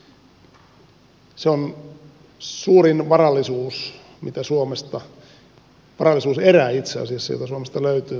se on suurin varallisuus itse asiassa varallisuuserä joka suomesta löytyy